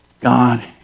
God